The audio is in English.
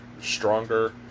stronger